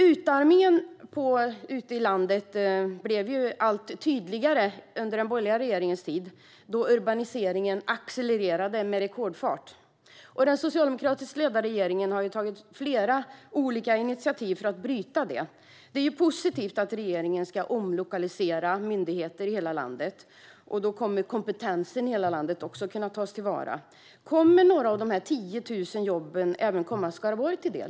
Utarmningen ute i landet blev allt tydligare under den borgerliga regeringens tid, då urbaniseringen accelererade med rekordfart. Den socialdemokratiskt ledda regeringen har tagit flera olika initiativ för att bryta detta. Det är positivt att regeringen ska omlokalisera myndigheter till hela landet. Då kommer kompetensen i hela landet att kunna tas till vara. Kommer några av de 10 000 jobben att komma Skaraborg till del?